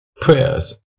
prayers